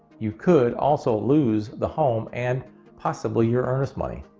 you could also lose the home and possibly your earnest money.